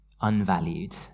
unvalued